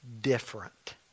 different